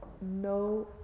no